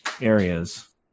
areas